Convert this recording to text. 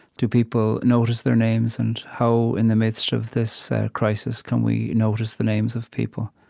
do people notice their names? and how, in the midst of this crisis, can we notice the names of people?